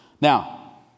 Now